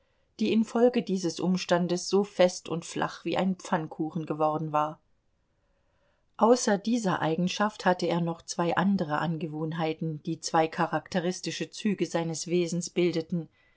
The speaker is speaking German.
die infolge dieses umstandes so fest und flach wie ein pfannkuchen geworden war außer dieser eigenschaft hatte er noch zwei andere angewohnheiten die zwei charakteristische züge seines wesens bildeten